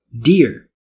dear